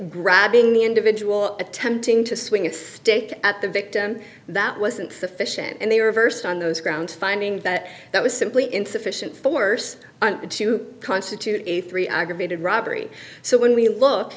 grabbing the individual attempting to swing a stick at the victim that wasn't sufficient and they reversed on those grounds finding that that was simply insufficient force to constitute a three aggravated robbery so when we look